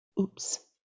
oops